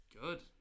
Good